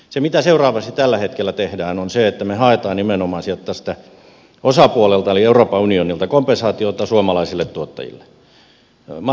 se mitä seuraavaksi tällä hetkellä tehdään on se että me haemme nimenomaan tältä osapuolelta eli euroopan unionilta kompensaatiota suomalaisille tuottajille